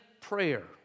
prayer